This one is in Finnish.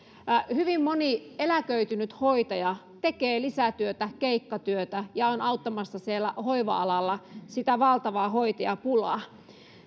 hyvin moni eläköitynyt hoitaja tekee lisätyötä keikkatyötä ja on auttamassa hoiva alalla sitä valtavaa hoitajapulaa